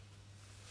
לא בגלל שלא למד ליבה.